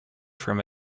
from